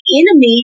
enemy